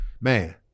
Man